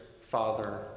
father